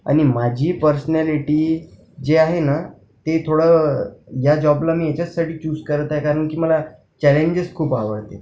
आणि माझी पर्सनॅलिटी जी आहे ना ती थोडं या जॉबला मी याच्याचसाठी चूज करत आहे कारण की मला चॅलेंजेस खूप आवडते